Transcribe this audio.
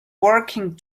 working